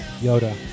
Yoda